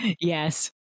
yes